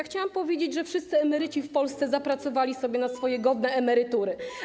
Chciałam powiedzieć, że wszyscy emeryci w Polsce zapracowali sobie na swoje godne emerytury.